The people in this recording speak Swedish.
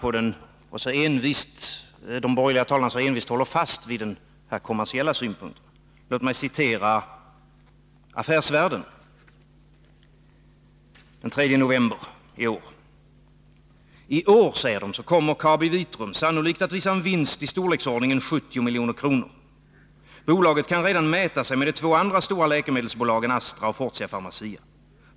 industrin Eftersom de borgerliga talarna så envist håller fast vid den kommersiella synpunkten, vill jag citera Affärsvärlden den 3 november i år: ”Tår kommer KabiVitrum sannolikt att visa en vinst i storleksordningen 70 Mkr —-—--. Bolaget kan redan mäta sig med de två andra stora läkemedelsbolagen Astra och Fortia/Pharmacia.